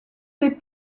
des